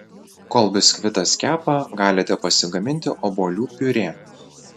kol biskvitas kepa galite pasigaminti obuolių piurė